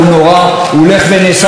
הוא הולך ונעשה יותר קשה,